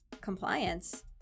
compliance